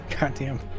Goddamn